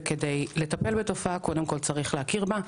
וכדי לטפל בתופעה קודם כול צריך להכיר בה.